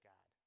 God